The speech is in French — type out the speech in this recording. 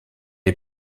est